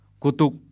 kutuk